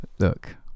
Look